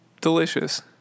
Delicious